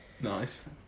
Nice